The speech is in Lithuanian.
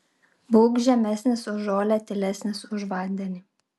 būk žemesnis už žolę tylesnis už vandenį